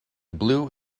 blue